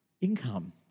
income